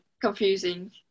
confusing